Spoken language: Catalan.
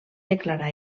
declarar